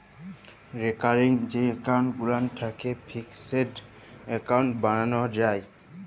recurring যে account গুলান থ্যাকে ফিকসেড এক্কাউল্ট বালালো যায়